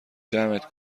جمعت